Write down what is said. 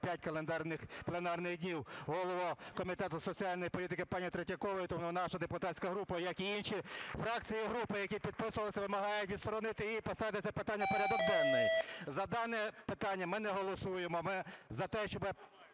відсторонення на 5 пленарних днів голову Комітету соціальної політики пані Третьякову. Тому наша депутатська група, як і інші фракції і групи, які підписували це, вимагають відсторонити її і поставити це питання у порядок денний. За дане питання ми не голосуємо. Ми за те, щоб